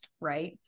right